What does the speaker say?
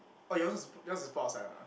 oh yours is put yours is put outside one ah